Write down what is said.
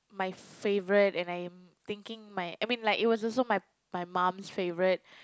my favorite and I'm thinking my I mean like it was also my my mum's favorite